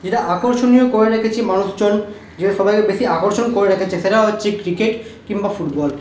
যেটা আকর্ষণীয় করে রেখেছে মানুষজন যে সবাইকে বেশী আকর্ষণ করে রেখেছে সেটা হচ্ছে ক্রিকেট কিংবা ফুটবল